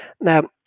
now